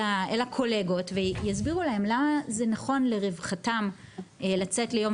אל הקולגות ויסבירו להם למה זה נכון לרווחתם לצאת ליום